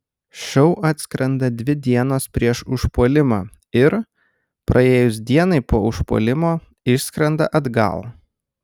šou atskrenda dvi dienos prieš užpuolimą ir praėjus dienai po užpuolimo išskrenda atgal